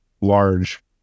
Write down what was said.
large